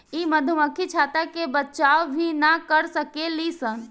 इ मधुमक्खी छत्ता के बचाव भी ना कर सकेली सन